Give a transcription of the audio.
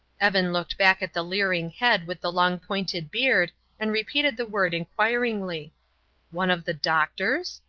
evan looked back at the leering head with the long-pointed beard and repeated the word inquiringly one of the doctors?